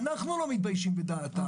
ואנחנו לא מתביישים בדעתם.